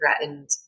threatened